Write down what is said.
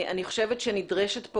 אני חושבת שנדרשת פה